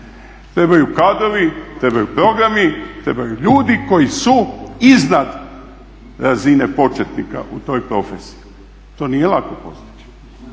trebaju kadrovi, trebaju programi, trebaju ljudi koji su iznad razine početnika u toj profesiji. To nije lako postići,